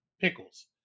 pickles